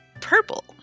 purple